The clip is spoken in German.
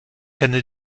kenne